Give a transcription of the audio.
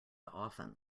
often